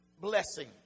Blessing